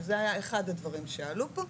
שזה היה אחד הדברים שעלו פה.